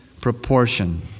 proportion